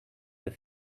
that